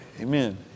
amen